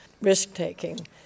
risk-taking